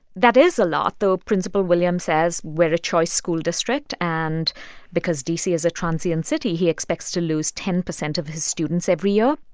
that is a lot, though principal williams says, we're a choice school district. and because d c. is a transient city, he expects to lose ten percent of his students every year.